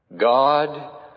God